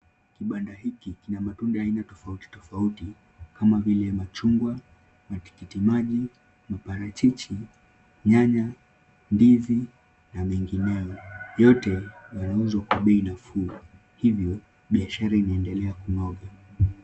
Kibanda hiki kina matunda ya aina tofauti tofauti kama vile; machungwa, matikiti maji, maparachichi, nyanya, ndizi na mengineo. Yote yanauzwa kwa bei nafuu. Hivyo biashara inaendelea kunoga.